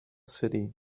city